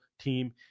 team